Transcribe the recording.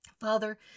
Father